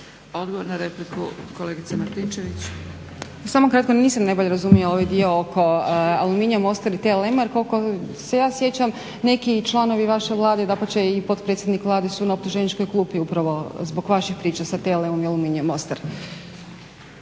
Odgovor na repliku kolegice Martinčević. **Martinčević, Natalija (HNS)** Samo ukratko. Nisam najbolje razumjela ovaj dio oko Aluminija, Mostara i TLM-a jer koliko se ja sjećam neki članovi vaše Vlade, dapače i potpredsjednik Vlade su na optuženičkoj klupi upravo zbog vaše priče sa TLM-om i Aluminijem Mostar.